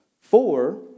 Four